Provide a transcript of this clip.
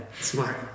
smart